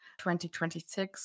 2026